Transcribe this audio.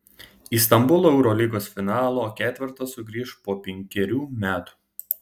į stambulą eurolygos finalo ketvertas sugrįš po penkerių metų